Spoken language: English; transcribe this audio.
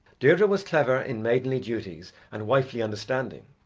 deirdre was clever in maidenly duties and wifely understanding,